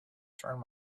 turn